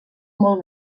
molt